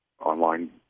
online